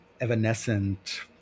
evanescent